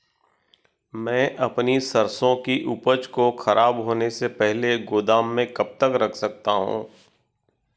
मैं अपनी सरसों की उपज को खराब होने से पहले गोदाम में कब तक रख सकता हूँ?